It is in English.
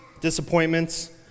disappointments